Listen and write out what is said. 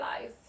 life